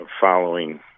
following